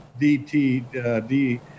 DTD